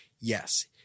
Yes